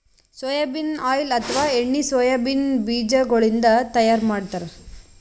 soybean oil ಅಥವಾ ಎಣ್ಣಿ soybean ಬಿಜಾಗೋಳಿನ್ದ ತೈಯಾರ್ ಮಾಡ್ತಾರ್